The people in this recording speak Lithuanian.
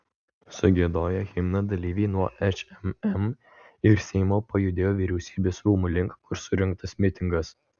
sugiedoję himną dalyviai nuo šmm ir seimo pajudėjo vyriausybės rūmų link kur surengtas mitingas